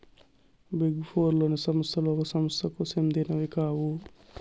big four లోని సంస్థలు ఒక సంస్థకు సెందినవి కావు